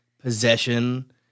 possession